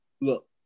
Look